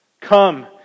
Come